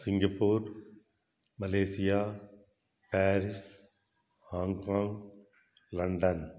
Singapore Malaysia Paris Hong Kong London